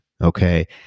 Okay